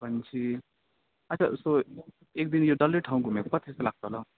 भनेपछि आच्छा सो एकदिन यो डल्लै ठाउँ घुमेको कति जस्तो लाग्छ होला हौ